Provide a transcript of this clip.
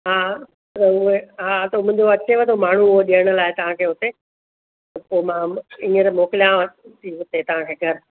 हा त उहे हा त मुंहिंजो अचेव थो माण्हू उहो ॾियण लाइ तव्हांखे हुते त पोइ मां हींअर मोकिलियांव थी हुते तव्हांखे घर